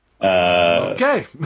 Okay